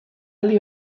aldi